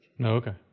Okay